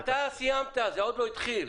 אתה סיימת, זה עוד לא התחיל.